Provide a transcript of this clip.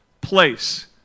place